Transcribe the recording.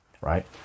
Right